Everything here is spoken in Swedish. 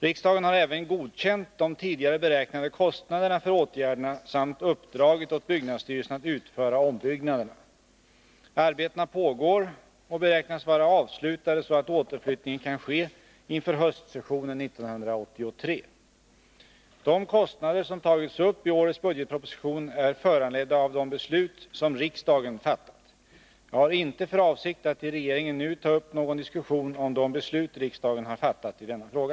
Riksdagen har även godkänt de tidigare beräknade kostnaderna för åtgärderna samt uppdragit åt byggnadsstyrelsen att utföra ombyggnaderna. Arbetena pågår och beräknas vara avslutade så att återflyttningen kan ske inför höstsessionen 1983. De kostnader som tagits upp i årets budgetproposition är föranledda av de beslut som riksdagen fattat. Jag har inte för avsikt att i regeringen nu ta upp någon diskussion om de beslut riksdagen har fattat i denna fråga.